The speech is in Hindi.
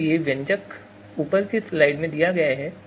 Si के लिए व्यंजक ऊपर की स्लाइड में दिया गया है